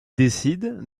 décident